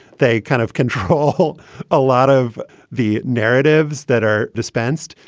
they kind of control a lot of the narratives that are dispensed.